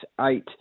eight